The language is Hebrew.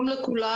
שלום לכולם,